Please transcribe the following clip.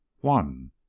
One